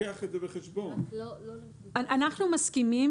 אבל התקן לוקח את זה בחשבון.